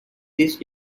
these